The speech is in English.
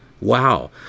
Wow